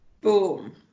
Boom